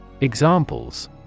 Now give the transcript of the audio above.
Examples